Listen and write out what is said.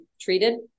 treated